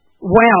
Wow